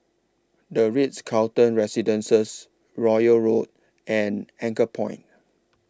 The Ritz Carlton Residences Royal Road and Anchorpoint